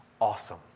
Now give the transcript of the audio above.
awesome